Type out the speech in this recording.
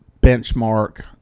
benchmark